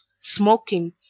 smoking